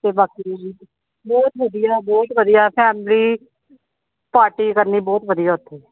ਅਤੇ ਬਾਕੀ ਬਹੁਤ ਵਧੀਆ ਬਹੁਤ ਵਧੀਆ ਫੈਮਲੀ ਪਾਰਟੀ ਕਰਨੀ ਬਹੁਤ ਵਧੀਆ ਉੱਥੇ